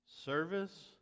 service